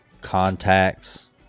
contacts